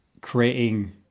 creating